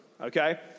okay